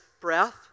breath